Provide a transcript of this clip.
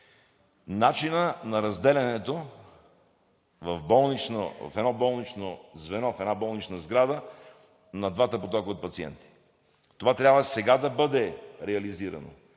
начинът на разделянето в едно болнично звено, в една болнична сграда на двата потока от пациенти. Това трябва сега да бъде реализирано,